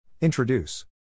Introduce